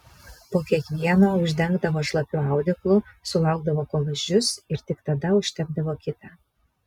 po kiekvieno uždengdavo šlapiu audeklu sulaukdavo kol išdžius ir tik tada užtepdavo kitą